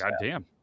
goddamn